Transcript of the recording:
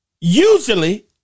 Usually